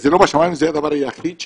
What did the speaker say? וזה לא בשמים וזה הדבר היחיד,